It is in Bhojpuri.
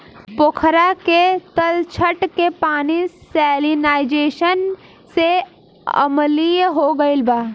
पोखरा के तलछट के पानी सैलिनाइज़ेशन से अम्लीय हो गईल बा